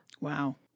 Wow